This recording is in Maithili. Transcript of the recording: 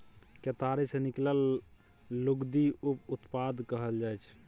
केतारी सँ निकलल लुगदी उप उत्पाद कहल जाइ छै